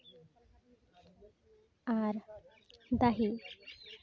ᱟᱨ ᱫᱟᱦᱤ